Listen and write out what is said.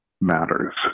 matters